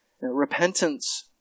Repentance